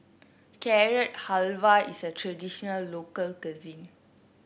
Carrot Halwa is a traditional local cuisine